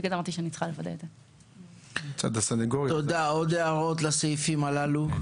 יש עוד הערות לסעיפים הללו?